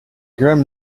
grim